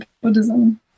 Buddhism